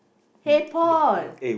hey Paul